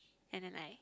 and then like